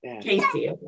Casey